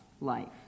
life